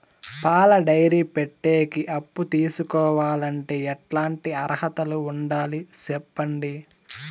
పాల డైరీ పెట్టేకి అప్పు తీసుకోవాలంటే ఎట్లాంటి అర్హతలు ఉండాలి సెప్పండి?